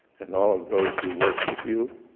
and all of those who work with you,